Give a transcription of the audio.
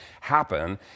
happen